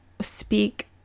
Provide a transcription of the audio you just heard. speak